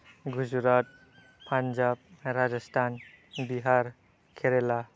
Gujarat Punjab Rajasthan Bihar Kerala